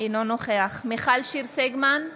אינו נוכח מיכל שיר סגמן,